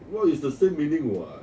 what is the same meaning what